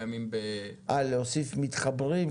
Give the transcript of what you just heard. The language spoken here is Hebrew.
אה, להוסיף מתחברים?